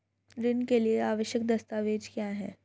ऋण के लिए आवश्यक दस्तावेज क्या हैं?